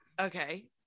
Okay